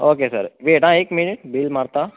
okay sir wait आ एक minute bill मारता